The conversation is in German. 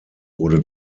wurde